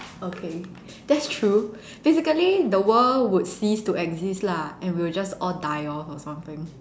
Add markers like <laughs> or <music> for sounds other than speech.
<laughs> okay that's true basically the world would cease to exist lah and we will just all die off or something